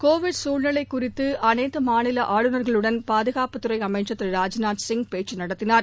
Covid சூழ்நிலைகுறித்துஅனைத்துமாநிலஆளுநர்களுடன் பாதுகாப்புத்துறைஅமைச்சர் திரு ராஜ்நாத் சிங் பேச்சுநடத்தினார்